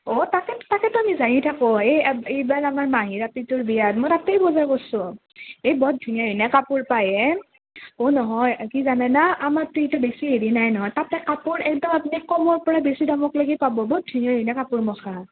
অঁ তাকেতো তাকে আমি যায়েই থাকোঁ এই এইবাৰ আমাৰ মাহীৰ আপীটোৰ বিয়াত মই তাতেই বজাৰ কৰছোঁ এই বৰ ধুনীয়া ধুনীয়া কাপোৰ পায় এ অঁ নহয় কি জানেনা আমাৰ তিৰিটোৰ বেছি হেৰি নাই কাপোৰ একদম কমৰ পৰা বেছি দামক লেগি পাব বহুত ধুনীয়া ধুনীয়া কাপোন মখা